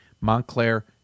Montclair